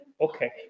Okay